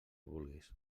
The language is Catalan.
vulguis